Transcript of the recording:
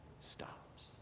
stops